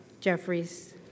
Jeffries